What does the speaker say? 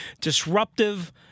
disruptive